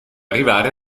arrivare